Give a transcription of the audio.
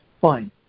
Fine